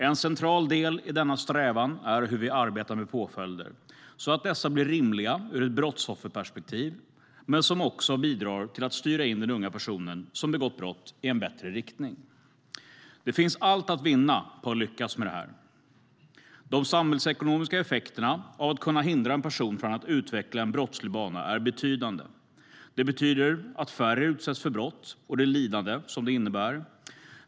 En central del i denna strävan är hur vi arbetar med påföljder, så att dessa blir rimliga ur ett brottsofferperspektiv, men som också bidrar till att styra in den unga personen som begått brott i en bättre riktning. Det finns allt att vinna på att lyckas med detta. De samhällsekonomiska effekterna av att kunna hindra en person från att utveckla en brottslig bana är betydande. Det betyder att färre utsätts för brott och det lidande som det innebär.